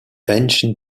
ancient